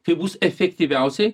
kaip bus efektyviausiai